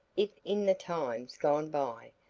if in the times gone by,